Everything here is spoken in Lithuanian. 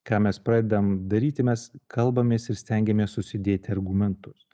ką mes pradedam daryti mes kalbamės ir stengiamės susidėti argumentus